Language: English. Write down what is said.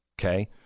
okay